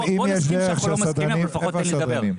אתה יכול לא להסכים אבל לפחות תן לי לדבר.